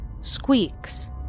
squeaks